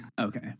Okay